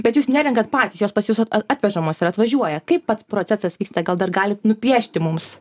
bet jūs nerenkat patys jos pas jus a atvežamos yra atvažiuoja kaip pats procesas vyksta gal dar galit nupiešti mums